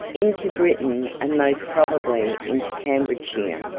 into britain, and most probably into cambridgeshire,